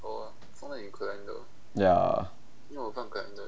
ya